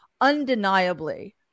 undeniably